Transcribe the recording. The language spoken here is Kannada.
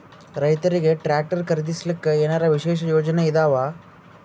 ರೈತರಿಗೆ ಟ್ರಾಕ್ಟರ್ ಖರೀದಿಸಲಿಕ್ಕ ಏನರ ವಿಶೇಷ ಯೋಜನೆ ಇದಾವ?